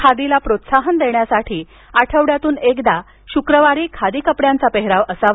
खादीला प्रोत्साहन देण्यासाठी आठवड्यातून एकदा शुक्रवारी खादी कपड्याचा पेहराव असावा